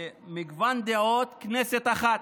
"מגוון דעות, כנסת אחת",